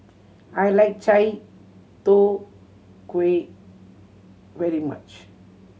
I like chai tow kway very much